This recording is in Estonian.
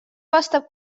vastab